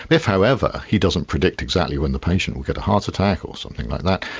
if however he doesn't predict exactly when the patient will get a heart attack or something like that,